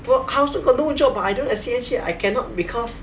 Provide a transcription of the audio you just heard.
bro I also got no job [what] but I don't have C_S_G I cannot because